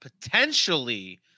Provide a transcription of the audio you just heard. potentially